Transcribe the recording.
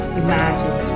imagine